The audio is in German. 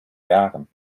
jahren